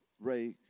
Ray